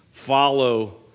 follow